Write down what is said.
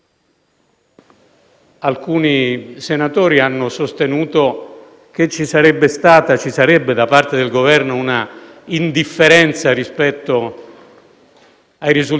Io credo che le cose siano molto chiare e lo siano anche per i cittadini italiani. Si è dimesso il Presidente del Consiglio,